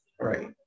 Right